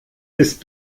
ist